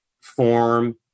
form